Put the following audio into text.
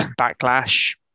backlash